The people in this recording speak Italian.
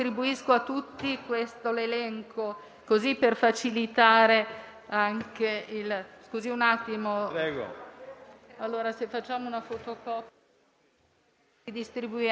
dato la parola. Capisco l'eccezionalità degli eventi e anche del processo normativo, inclusa la difficoltà di far confluire